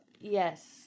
Yes